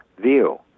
view